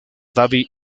david